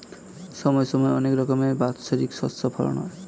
সময় সময় অনেক রকমের বাৎসরিক শস্য ফলন হয়